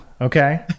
Okay